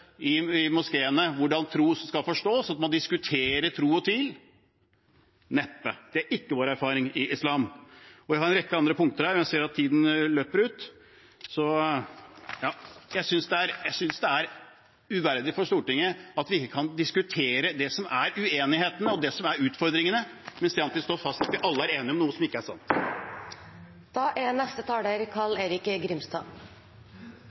i moskeene hvordan tro skal forstås, og at man diskuterer tro og tvil? Neppe, det er ikke vår erfaring med islam. Jeg har en rekke andre punkter, men jeg ser at tiden løper ut. Jeg synes det er uverdig for Stortinget at vi ikke kan diskutere det som er uenigheten og utfordringene, og at man slår fast at vi alle er enige om noe som ikke er sant. Hvorfor skal vi finansiere trossamfunn dersom disse er